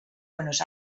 buenos